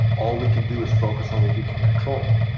all we can do is focus on what we can control,